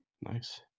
Nice